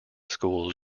schools